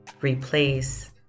replace